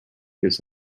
this